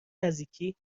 نزدیکی